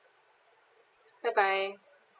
bye bye